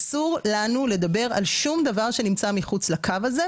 אסור לנו לדבר על שום דבר שנמצא מחוץ לקו הזה,